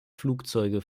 flugzeuge